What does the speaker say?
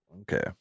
Okay